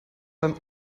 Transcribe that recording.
beim